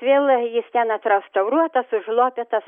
vėl jis ten atrestauruotas užlopytas